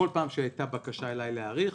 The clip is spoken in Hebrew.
כל פעם שהייתה בקשה אלי להאריך,